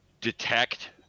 detect